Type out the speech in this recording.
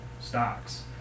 stocks